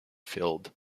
field